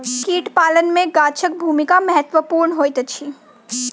कीट पालन मे गाछक भूमिका महत्वपूर्ण होइत अछि